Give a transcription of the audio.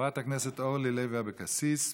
חברת הכנסת אורלי לוי אבקסיס,